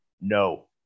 No